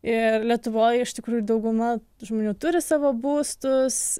ir lietuvoj iš tikrųjų dauguma žmonių turi savo būstus